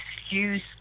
excuse